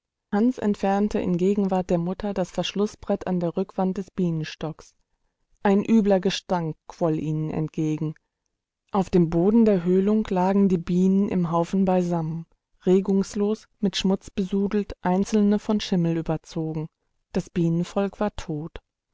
entfernte in gegenwart der mutter das verschlußbrett an der rückwand des bienenstocks ein übler gestank quoll ihnen entgegen auf dem boden der höhlung lagen die bienen in haufen beisammen regungslos mit schmutz besudelt einzelne von schimmel überzogen das bienenvolk war tot